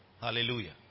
Hallelujah